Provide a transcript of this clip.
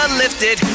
lifted